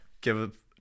give